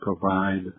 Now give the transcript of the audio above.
provide